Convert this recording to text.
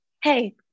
hey